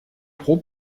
pro